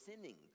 sinning